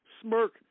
smirk